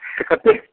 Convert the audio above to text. तऽ कते